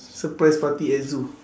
surprise party at zoo